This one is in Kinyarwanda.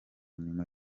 nyuma